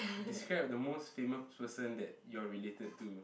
describe the most famous person that you are related to